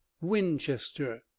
Winchester